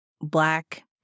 black